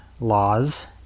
laws